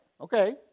Okay